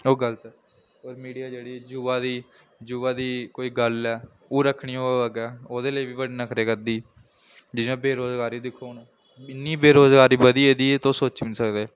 ओह् गल्त ऐ होर मीडिया जेह्ड़ी युवा दी युवा दी कोई गल्ल ऐ ओह् रक्खनी होऐ अग्गैं ओह्दे लेई बी बड़ी नखरे करदी जियां बेरोज़गारी दिक्खो हून इन्नी बेरोज़गारी बधी गेदी ऐ तुस सोची बी निं सकदे